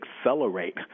accelerate